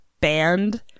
band